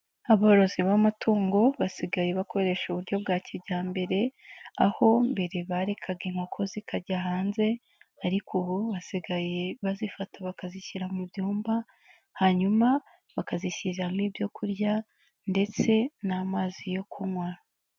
Aborozi b'amatungo basigaye bakoresha uburyo bwa kijyambere, aho mbere barekaga inkoko zikajya hanze ariko ubu basigaye bazifata bakazishyira mu byumba, hanyuma bakazishyiriramo ibyo kurya ndetse n'amazi yo kunywa.